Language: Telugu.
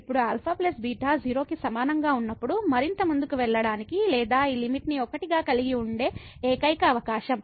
ఇప్పుడు α β 0 కి సమానంగా ఉన్నప్పుడు మరింత ముందుకు వెళ్ళడానికి లేదా ఈ లిమిట్ ని 1 గా కలిగి ఉండే ఏకైక అవకాశం